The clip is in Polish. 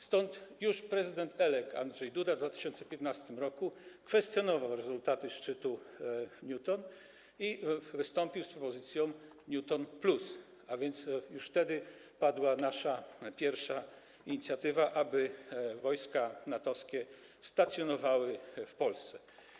Stąd prezydent elekt Andrzej Duda w 2015 r. kwestionował rezultaty szczytu Newport i wystąpił z propozycją Newport plus, a więc już wtedy była nasza pierwsza inicjatywa, aby wojska NATO-wskie stacjonowały w Polsce.